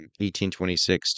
1826